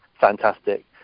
fantastic